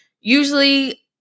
usually